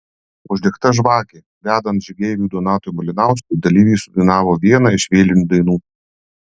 uždegta žvakė vedant žygeiviui donatui malinauskui dalyviai sudainavo vieną iš vėlinių dainų